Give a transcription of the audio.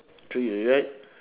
three already right